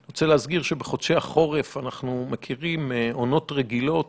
אני רוצה להזכיר שבחודשי החורף אנחנו מכירים עונות רגילות